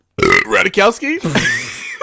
Radikowski